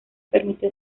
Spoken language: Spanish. permitió